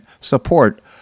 support